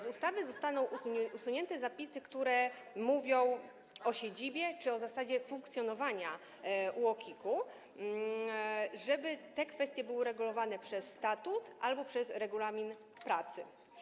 Z ustawy zostaną usunięte zapisy, które mówią o siedzibie czy o zasadzie funkcjonowania UOKiK-u, żeby te kwestie były regulowane przez statut albo przez regulamin pracy.